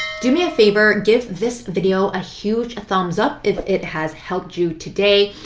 do me a favour, give this video a huge thumbs up if it has helped you today.